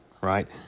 right